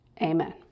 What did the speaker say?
Amen